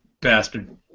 Bastard